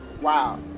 Wow